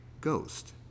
ghost